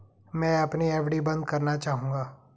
मैं अपनी एफ.डी बंद करना चाहूंगा